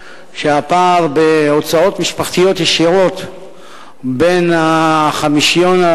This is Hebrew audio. שהפער בהוצאות משפחתיות ישירות בין החמישון,